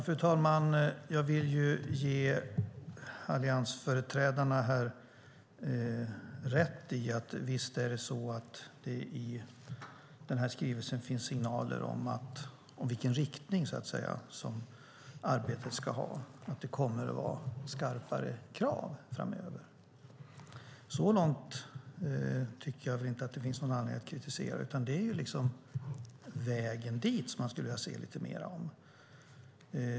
Fru talman! Jag vill ge alliansföreträdarna här rätt i att det i den här skrivelsen visst finns signaler om vilken riktning, så att säga, arbetet ska ha. Det kommer att vara skarpare krav framöver. Så långt tycker jag väl inte att det finns någon anledning att kritisera, utan det är vägen dit som man skulle vilja se lite mer av.